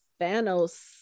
Thanos